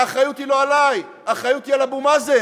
האחריות היא לא עלי, האחריות היא על אבו מאזן.